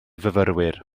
fyfyrwyr